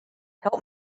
help